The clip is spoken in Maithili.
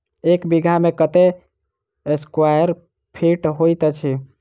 एक बीघा मे कत्ते स्क्वायर फीट होइत अछि?